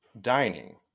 dining